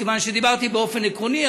מכיוון שדיברתי באופן עקרוני,